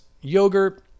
yogurt